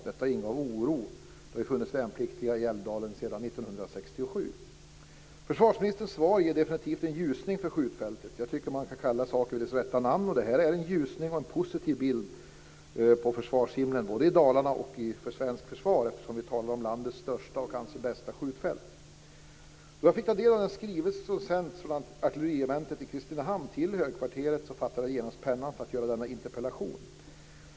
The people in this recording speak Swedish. Detta ingav oro då det funnits värnpliktiga i Försvarsministerns svar ger definitivt en ljusning för skjutfältet. Jag tycker att man ska kalla saker vid deras rätta namn och det här är en ljusning och en positiv bild på försvarshimlen både i Dalarna och för svenskt försvar, eftersom vi talar om landets största och kanske bästa skjutfält. Då jag fick ta del av den skrivelse som sänts från artilleriregementet i Kristinehamn till högkvarteret fattade jag genast pennan för att skriva denna interpellation.